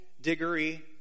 Diggory